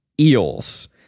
eels